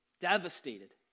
devastated